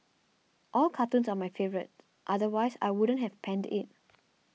all cartoons are my favourite otherwise I wouldn't have penned it